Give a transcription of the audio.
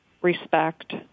respect